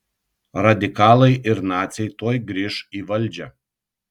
radikalai ir naciai tuoj grįš į valdžią